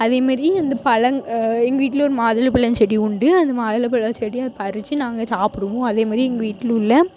அதே மாதிரி அந்த பழங் எங்கள் வீட்டில் ஒரு மாதுளை பழம் செடி உண்டு அந்த மாதுளை பழம் செடியை பறித்து நாங்கள் சாப்பிடுவோம் அதே மாதிரி எங்கள் வீட்டில் உள்ள